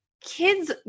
kids